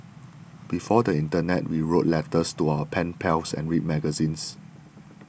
before the internet we wrote letters to our pen pals and read magazines